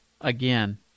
again